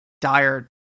dire